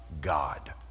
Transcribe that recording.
God